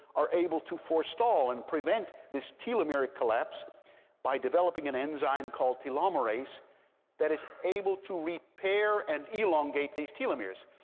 are able to forestall and prevent this telomeric collapse by developing an enzyme called telomerase that is able to repair and elongate these telomeres,